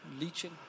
leaching